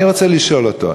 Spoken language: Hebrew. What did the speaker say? אני רוצה לשאול אותו,